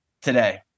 today